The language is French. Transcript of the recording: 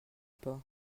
pas